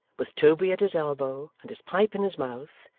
with toby at his elbow and his pipe in his mouth,